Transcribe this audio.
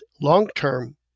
long-term